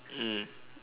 mm